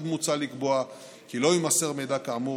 עוד מוצע לקבוע כי לא יימסר מידע כאמור